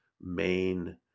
main